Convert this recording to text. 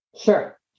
Sure